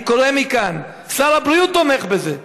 אני קורא מכאן, שר הבריאות תומך בזה.